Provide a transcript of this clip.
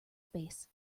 space